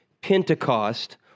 Pentecost